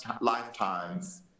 lifetimes